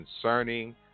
concerning